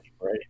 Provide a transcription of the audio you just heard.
right